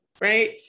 right